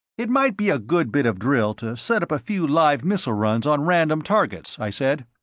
it might be a good bit of drill to set up a few live missile runs on random targets, i said.